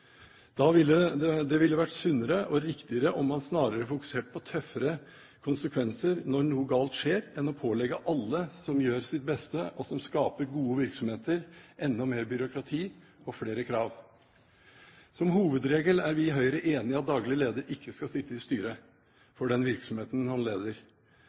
Det ville vært sunnere og riktigere om man snarere fokuserte på tøffere konsekvenser når noe galt skjer enn å pålegge alle som gjør sitt beste, og som skaper gode virksomheter, enda mer byråkrati og flere krav. Som hovedregel er vi i Høyre enig i at daglig leder ikke skal sitte i styret for den virksomheten han leder.